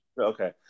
Okay